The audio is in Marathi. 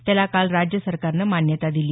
त्याला काल राज्य सरकारनं मान्यता दिली